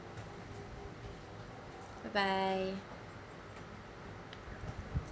bye bye